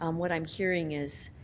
um what i'm hearing is